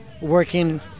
working